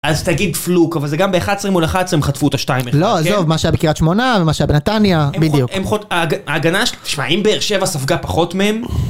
אז תגיד פלוק, אבל זה גם ב-11 מול 11 הם חטפו את השתיים אפס לא, עזוב, מה שהיה בקירת שמונה, ומה שהיה בנתניה, בדיוק המחות, ההגנה שלו, תשמע, אם באר שבע ספגה פחות מהם